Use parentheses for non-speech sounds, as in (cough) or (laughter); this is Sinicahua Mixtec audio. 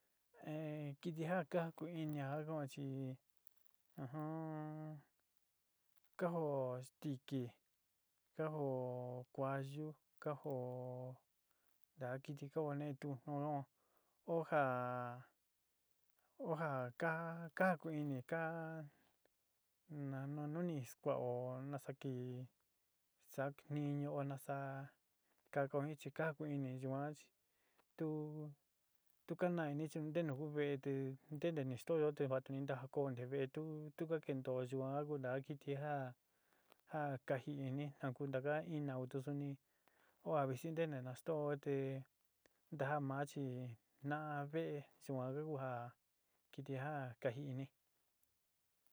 (hesitation) kɨtɨ ja kajuku'un ini ja kan'o chi (hesitation) ka joó stikɨ ka joó kuayú ka joó taka kɨtɨ kagonetu (unintelligible) oó jaá oó ja ka ka juku'un ini ka na nuni skuao nasa kii, satniñuú oó nasaa kakao jin chi ka jukuunini yuan chi tu tu ka naá ini chi ntenu kuú ve'é te nteteni ni stoóyo te vatuni ntajakoó nte vee tu, tu ka kentoó yuan ku ntaa kɨtɨ ja ja kaji ini ja ku ntaka ina o tu suni oó xi nteenena sto´ó te ntajaa-ma chi na'á ve'é yuan ku ja kɨtɨ ja kaji ini.